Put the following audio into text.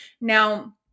now